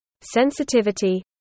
Sensitivity